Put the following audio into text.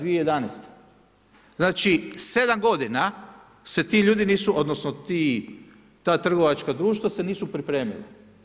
2011., znači sedam godina se ti ljudi nisu odnosno ta trgovačka društva se nisu pripremila.